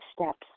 steps